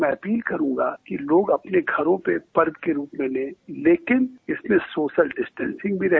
मैं अपील करूंगा कि लोग अपने घरो पे पर्व के रूप में लें लेकिन इसमें सोशल डिस्टेंसिंग भी रहे